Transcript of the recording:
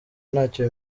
ntacyo